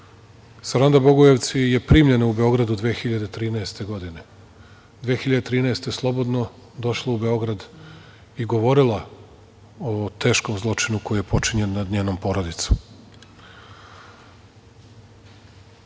Saranda Bogojevci je primljena u Beogradu 2013. godine, 2013. godine je slobodno došla u Beograd i govorila o teškom zločinu koji je počinjen nad njenom porodicom. Imam